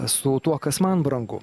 su tuo kas man brangu